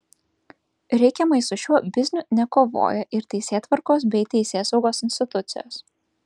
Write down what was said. reikiamai su šiuo bizniu nekovoja ir teisėtvarkos bei teisėsaugos institucijos